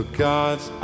gods